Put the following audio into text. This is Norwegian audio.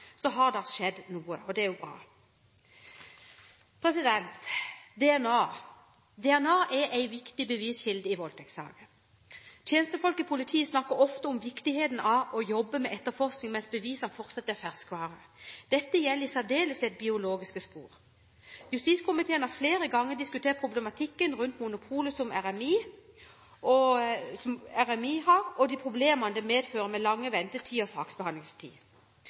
har det skjedd noe, og det er bra. DNA er en viktig beviskilde i voldtektssaker. Tjenestefolk i politiet snakker ofte om viktigheten av å jobbe med etterforskning mens bevisene fortsatt er «ferskvare». Dette gjelder i særdeleshet biologiske spor. Justiskomiteen har flere ganger diskutert problematikken rundt monopolet som RMI har, og de problemene det medfører med lange ventetider og lang saksbehandlingstid.